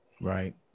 Right